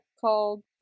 Called